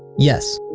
yes,